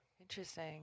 Interesting